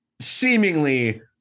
seemingly